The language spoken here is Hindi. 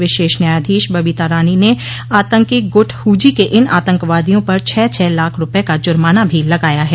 विशेष न्यायाधीश बबीता रानी ने आतंकी गुट हूजी के इन आतंकवादियों पर छह छह लाख रुपये का जुर्माना भी लगाया है